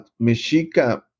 Mexica